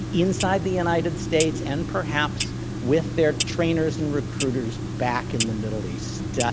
inside the united states and perhaps with their trainers and recruiters back in the middle east. yeah